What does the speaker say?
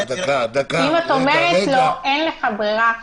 אם את אומרת לו אין לך ברירה,